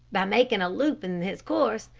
by making a loop in his course,